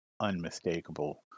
unmistakable